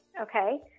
okay